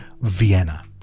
Vienna